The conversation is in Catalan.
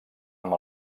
amb